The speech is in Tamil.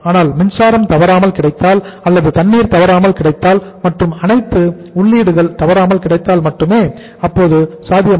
ஆனால் மின்சாரம் தவறாமல் கிடைத்தால் அல்லது தண்ணீர் தவறாமல் கிடைத்தால் மற்றும் அனைத்து உள்ளீடுகள் தவறாமல் கிடைத்தால் மட்டுமே அது சாத்தியமாகும்